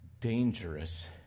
dangerous